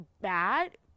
bad